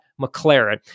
McLaren